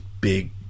big